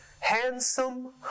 Handsome